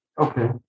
Okay